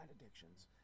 addictions